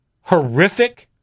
horrific